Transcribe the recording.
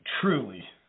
truly